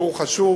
ציבור חשוב,